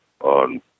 on